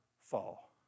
fall